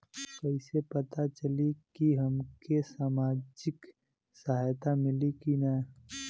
कइसे से पता चली की हमके सामाजिक सहायता मिली की ना?